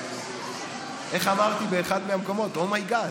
אבי גבאי,